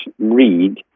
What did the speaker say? read